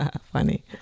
Funny